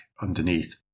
underneath